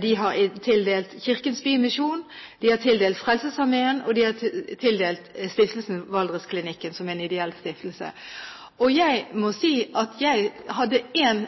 De har tildelt Kirkens Sosialtjeneste, Bergensklinikkene, som er en ideell stiftelse, Blå Kors Vest, Kirkens Bymisjon, Frelsesarmeen, og Stiftelsen Valdresklinikken, som er en ideell stiftelse. Hadde én